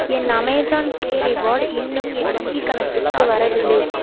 என் Amazon Pay reward இன்னும் என் வங்கிக் கணக்குக்கு வரவில்லை